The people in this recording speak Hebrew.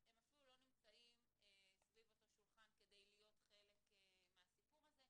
הם אפילו לא נמצאים סביב אותו שולחן כדי להיות חלק מהסיפור הזה.